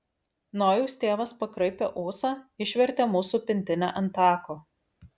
nojaus tėvas pakraipė ūsą išvertė mūsų pintinę ant tako